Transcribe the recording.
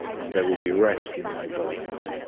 and there will be rest in my bones.